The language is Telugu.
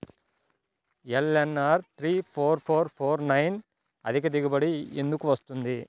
LNR three four four four nine అధిక దిగుబడి ఎందుకు వస్తుంది?